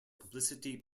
publicity